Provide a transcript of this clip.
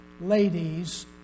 ladies